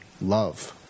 love